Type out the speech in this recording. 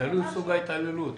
תלוי סוג ההתעללות.